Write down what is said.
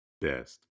best